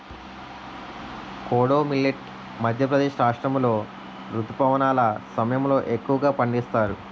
kodo millet Madhya Pradesh రాష్ట్రాములో రుతుపవనాల సమయంలో ఎక్కువగా పండిస్తారు